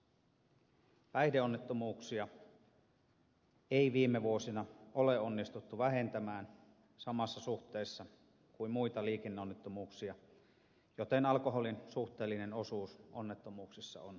päihdeonnettomuuksia ei viime vuosina ole onnistuttu vähentämään samassa suhteessa kuin muita liikenneonnettomuuksia joten alkoholin suhteellinen osuus onnettomuuksissa on kasvanut